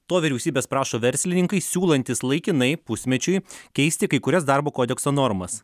to vyriausybės prašo verslininkai siūlantys laikinai pusmečiui keisti kai kurias darbo kodekso normas